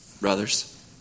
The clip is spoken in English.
brothers